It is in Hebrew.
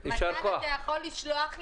מתן, אתה יכול לשלוח לי?